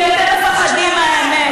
כי אתם מפחדים מהאמת.